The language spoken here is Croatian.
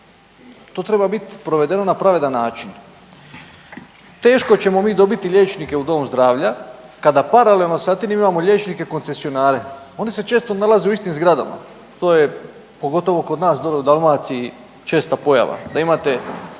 to treba biti provedeno na pravedan način. Teško ćemo mi dobiti liječnike u dom zdravlja, kada paralelno sa tim imamo liječnike koncesionare. Oni se često nalaze u istim zgradama. To je, pogotovo kod nas dolje u Dalmaciji česta pojava,